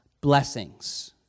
blessings